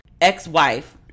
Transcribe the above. ex-wife